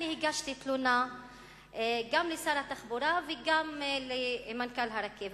אני הגשתי תלונה גם לשר התחבורה וגם למנכ"ל הרכבת.